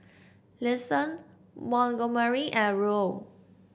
Liston Montgomery and Ruel